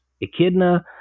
Echidna